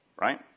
Right